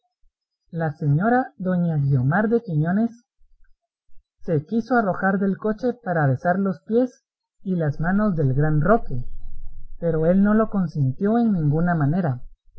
la señora doña guiomar de quiñones se quiso arrojar del coche para besar los pies y las manos del gran roque pero él no lo consintió en ninguna manera